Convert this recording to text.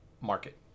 market